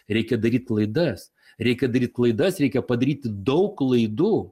reikia daryt klaidas reikia daryt klaidas reikia padaryti daug klaidų